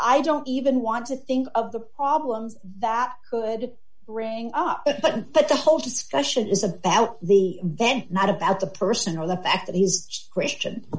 i don't even want to think of the problems that could bring up but the whole discussion is about the then not about the person or the fact that his christian